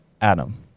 Adam